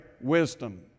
wisdom